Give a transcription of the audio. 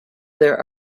there